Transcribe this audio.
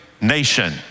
nation